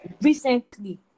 recently